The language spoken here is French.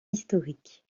historique